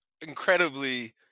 incredibly